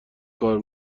کار